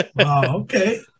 Okay